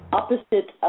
opposite